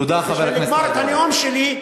בשביל לגמור את הנאום שלי,